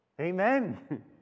amen